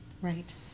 Right